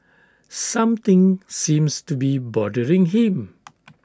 something seems to be bothering him